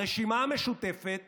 הרשימה המשותפת